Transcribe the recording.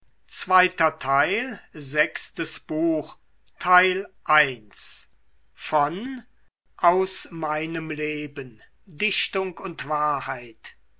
goethe aus meinem leben dichtung und wahrheit